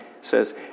says